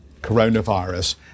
coronavirus